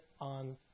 on